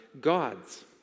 God's